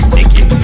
Nikki